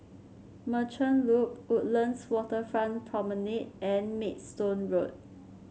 Merchant Loop Woodlands Waterfront Promenade and Maidstone Road